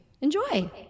enjoy